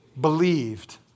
believed